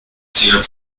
zählt